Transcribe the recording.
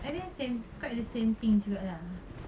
I think same quite the same things juga lah